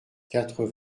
quatre